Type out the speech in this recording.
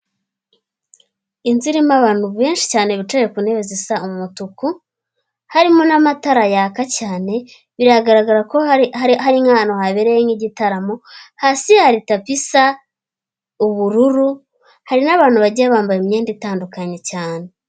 Inzu irimo abantu benshi cyane bicaye ku ntebe zisa umutuku, harimo n'amatara yaka cyane, biragaragara ko ari nk'ahantu habereye nk'igitaramo, hasi hari tapi isa ubururu, hari n'abantu bagiye bambaye imyenda itandukanye cyane.